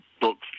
books